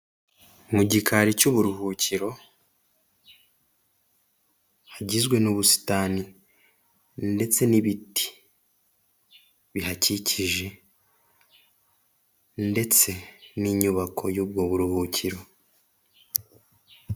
Mu gikari cy'uburuhukiro hagizwe n'ubusitani ndetse n'ibiti bihakikije ndetse n'inyubako y'ubwo buruhukiro.